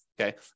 okay